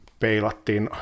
peilattiin